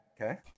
Okay